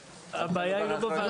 הבעיה היא לא בוועדה.